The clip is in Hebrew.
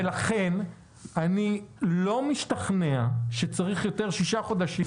לכן אני לא משתכנע שצריך יותר משישה חודשים